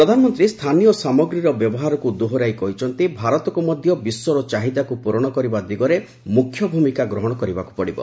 ପ୍ରଧାନମନ୍ତ୍ରୀ ସ୍ଥାନୀୟ ସାମଗ୍ରୀର ବ୍ୟବହାରକୁ ଦୋହରାଇ କହିଚ୍ଚନ୍ତି ଭାରତକୁ ମଧ୍ୟ ବିଶ୍ୱର ଚାହିଦାକୁ ପୂରଣ କରିବା ଦିଗରେ ମୁଖ୍ୟ ଭୂମିକା ଗ୍ରହଣ କରିବାକୁ ପଡ଼ିବ